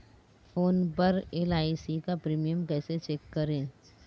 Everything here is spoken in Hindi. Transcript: फोन पर एल.आई.सी का प्रीमियम कैसे चेक करें?